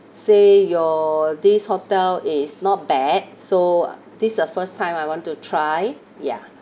say your this hotel is not bad so this the first time I want to try ya